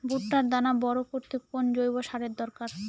ভুট্টার দানা বড় করতে কোন জৈব সারের দরকার?